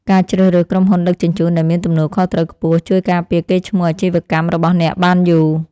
ការជ្រើសរើសក្រុមហ៊ុនដឹកជញ្ជូនដែលមានទំនួលខុសត្រូវខ្ពស់ ជួយការពារកេរ្តិ៍ឈ្មោះអាជីវកម្មរបស់អ្នកបានយូរ។